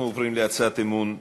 אנחנו עוברים להצעת האי-אמון השלישית: